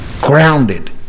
grounded